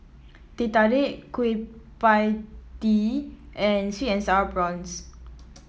Teh Tarik Kueh Pie Tee and sweet and sour prawns